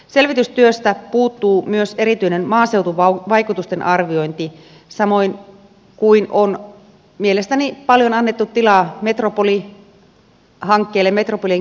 selvitystyöstä puuttuu myös erityinen maaseutuvaikutusten arviointi samoin kuin on mielestäni paljon annettu tilaa metropolihankkeelle metropolin kehittämiselle